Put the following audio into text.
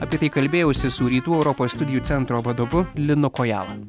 apie tai kalbėjausi su rytų europos studijų centro vadovu linu kojala